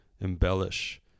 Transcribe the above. embellish